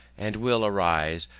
and will arise,